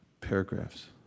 paragraphs